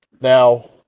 Now